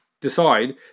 decide